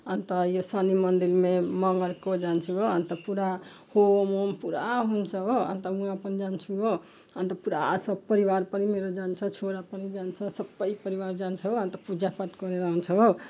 अन्त यो शनि मन्दिरमा मङ्गलको जान्छु हो अन्त पुरा होमओम पुरा हुन्छ हो अन्त म पनि जान्छु हो अन्त पुरा सब परिवार पनि मेरो जान्छ छोरा पनि जान्छ सबै परिवार जान्छ हो अन्त पूजापाठ गरेर आउँछ हो